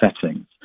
settings